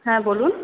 হ্যাঁ বলুন